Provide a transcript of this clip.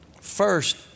first